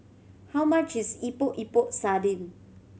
how much is Epok Epok Sardin